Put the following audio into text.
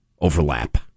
overlap